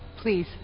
Please